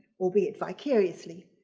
albeit vicariously.